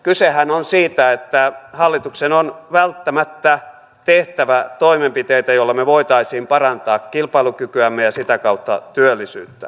kysehän on siitä että hallituksen on välttämättä tehtävä toimenpiteitä joilla me voisimme parantaa kilpailukykyämme ja sitä kautta työllisyyttä